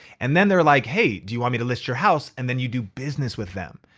and then they're like, hey, do you want me to list your house? and then you do business with them.